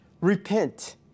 Repent